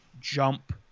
jump